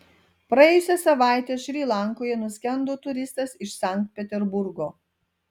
praėjusią savaitę šri lankoje nuskendo turistas iš sankt peterburgo